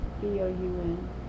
B-O-U-N